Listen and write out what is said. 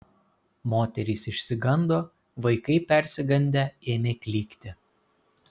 moterys išsigando vaikai persigandę ėmė klykti